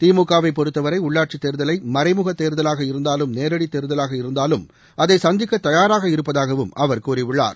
திமுக வை பொறுத்தவரை உள்ளாட்சித் தேர்தலை மறைமுக தேர்தலாக இருந்தாலும் நேரடி தேர்தலாக இருந்தாலும் அதை சந்திக்க தயாராக இருப்பதாகவும் அவர் கூறியுள்ளார்